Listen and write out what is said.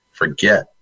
forget